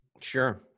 Sure